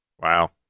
wow